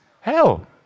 hell